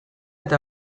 eta